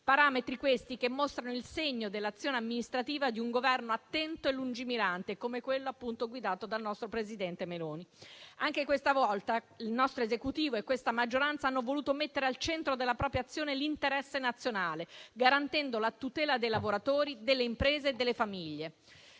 Parametri, questi, che mostrano il segno dell'azione amministrativa di un Governo attento e lungimirante, come quello appunto guidato dal nostro presidente Meloni. Anche questa volta il nostro Esecutivo e questa maggioranza hanno voluto mettere al centro della propria azione l'interesse nazionale, garantendo la tutela dei lavoratori, delle imprese e delle famiglie.